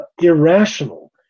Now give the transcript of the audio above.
irrational